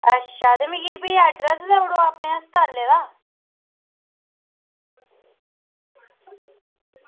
अच्छा ते मिगी फ्ही अड्रैस देई ओड़ो अपने अस्पतालै दा